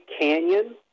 Canyon